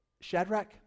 Shadrach